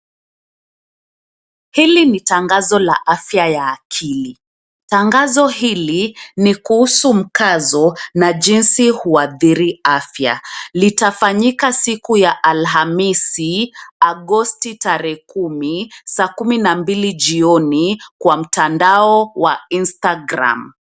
Hili ni tangazo la afya ya akili. Tangazo hili ni kuhusu mkazo na jinsi huadhiri afya. Litafanyika siku ya Alhamisi, Agosti tarehe kumi, saa kumi na mbili jioni, kwa mtandao wa Instagram .